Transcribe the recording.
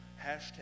hashtag